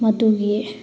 ꯃꯗꯨꯒꯤ